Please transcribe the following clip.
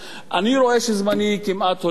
אני רואה שזמני הולך ותם.